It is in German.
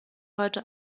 heute